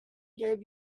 gave